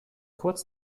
kurz